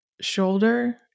shoulder